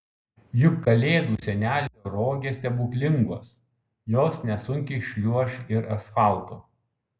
juk kalėdų senelio rogės stebuklingos jos nesunkiai šliuoš ir asfaltu